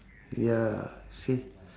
ya see